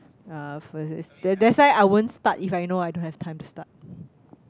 uh first that's that's why I wont start if I know I don't have time to start